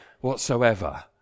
whatsoever